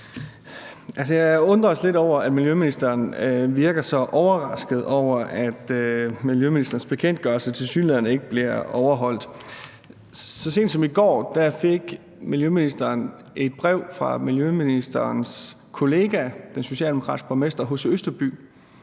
Jeg undrer mig lidt over, at miljøministeren virker så overrasket over, at miljøministerens bekendtgørelse tilsyneladende ikke bliver overholdt. Så sent som i går fik miljøministeren et brev fra miljøministerens kollega, den socialdemokratiske borgmester H.C. Østerby,